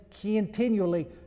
continually